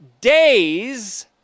days